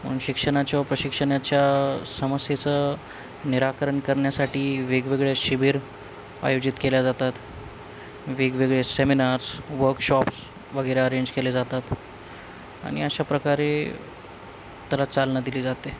म्हणजे शिक्षणाच्या व प्रशिक्षणाच्या समस्येचं निराकरण करण्यासाठी वेगवेगळ्या शिबीर आयोजित केल्या जातात वेगवेगळे सेमिनार्स वर्कशॉप्स वगैरे अरेंज केले जातात आणि अशा प्रकारे त्याला चालना दिली जाते